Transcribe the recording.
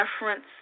reference